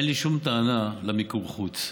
אין לי שום טענה למיקור חוץ,